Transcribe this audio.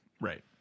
Right